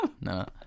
no